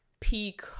peak